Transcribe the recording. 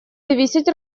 зависеть